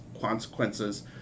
consequences